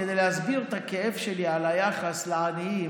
כדי להסביר את הכאב שלי על היחס לעניים,